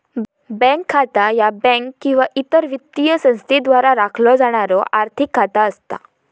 bank खाता ह्या bank किंवा इतर वित्तीय संस्थेद्वारा राखलो जाणारो आर्थिक खाता असता